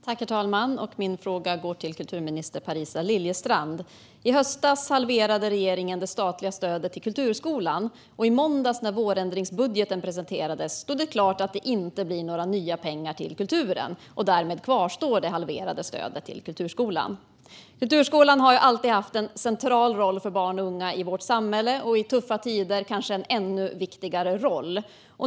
Herr talman! Min fråga går till kulturminister Parisa Liljestrand. I höstas halverade regeringen det statliga stödet till kulturskolan, och när vårändringsbudgeten presenterades i måndags stod det klart att det inte blir några nya pengar till kulturen. Därmed kvarstår det halverade stödet till kulturskolan. Kulturskolan har alltid haft en central roll för barn och unga i vårt samhälle, och i tuffa tider har den en kanske ännu viktigare roll.